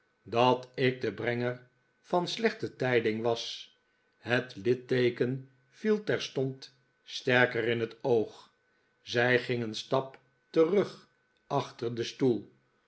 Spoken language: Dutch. dat ik de brenger van slechte tijding was het litte'eken viel terstond sterker in het oog zij ging een stap terug achter den stoel